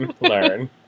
learn